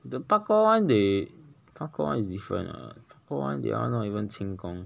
the parkour one they parkour one is different lah parkour one that one not even 轻功